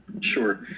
Sure